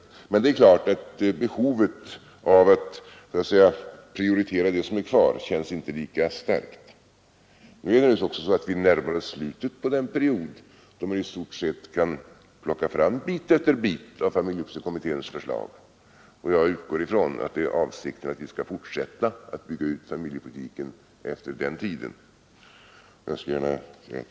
Det är emellertid klart att behovet av att prioritera det som är kvar inte känns lika starkt. Vi närmar oss också slutet på den period då man i stort sett kan plocka fram bit efter bit av familjepolitiska kommitténs förslag. Jag utgår ifrån att avsikten är att vi skall fortsätta att bygga ut familjepolitiken efter den tiden.